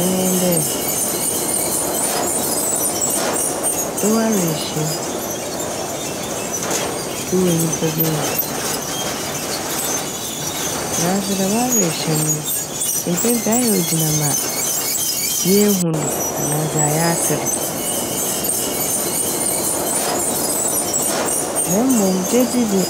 ɛne nye dɛ ewɔ awerɛhyɛ m' ewɔ nyimpa bi mu naaso dɛm awerɛhyɛ m' no mpɛn pii ɔyɛ a ogyina ma yehu do anaa dze a yɛatse do na mom gyedzi dze